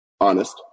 honest